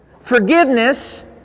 forgiveness